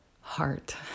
heart